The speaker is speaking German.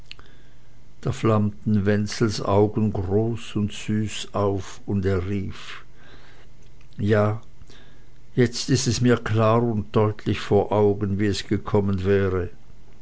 da flammten wenzels augen groß und süß auf und er rief ja jetzt ist es mir klar und deutlich vor augen wie es gekommen wäre